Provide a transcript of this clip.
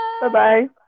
Bye-bye